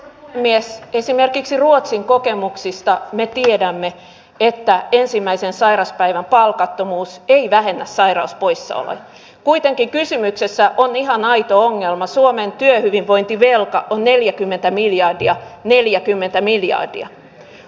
mies esimerkiksi ruotsin kokemuksista nyt tiedämme että ensimmäisen sairaspäivän palkattomuus ei vähennä sairauspoissaoloja kuitenkin kysymyksessä on ihan aito ongelma suomen työhyvinvointivelka on neljäkymmentä miljardia neljäkymmentä miljardia